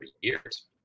years